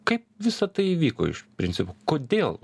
kaip visa tai įvyko iš principo kodėl